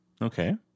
Okay